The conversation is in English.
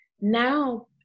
now